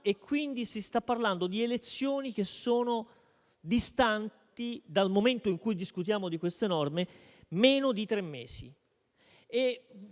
Quindi, si sta parlando di elezioni che distano, dal momento in cui discutiamo di queste norme, meno di tre mesi.